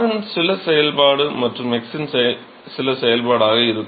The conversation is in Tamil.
r இன் சில செயல்பாடு மற்றும் x இன் சில செயல்பாடாக இருக்கும்